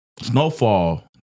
Snowfall